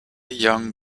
young